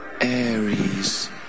Aries